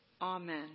Amen